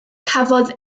cafodd